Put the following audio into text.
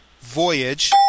Voyage